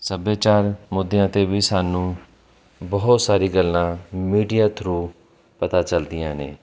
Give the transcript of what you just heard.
ਸੱਭਿਆਚਾਰ ਮੁੱਦਿਆਂ 'ਤੇ ਵੀ ਸਾਨੂੰ ਬਹੁਤ ਸਾਰੀ ਗੱਲਾਂ ਮੀਡੀਆ ਥਰੂ ਪਤਾ ਚੱਲਦੀਆਂ ਨੇ